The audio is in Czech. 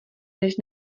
než